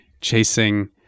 chasing